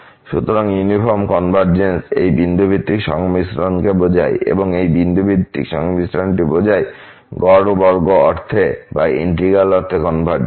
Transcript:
সুতরাং uniform convergence এই বিন্দুভিত্তিক সংমিশ্রণকে বোঝায় এবং এই বিন্দুভিত্তিক সংমিশ্রণটি বোঝায় গড় বর্গ অর্থে বা ইন্টিগ্র্যাল অর্থে কনভারজেন্স